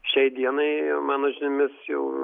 šiai dienai mano žiniomis jau